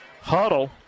huddle